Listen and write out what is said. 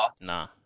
Nah